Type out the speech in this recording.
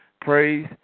Praise